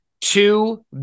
two